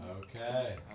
Okay